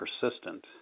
persistent